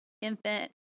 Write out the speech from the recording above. infant